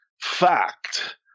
fact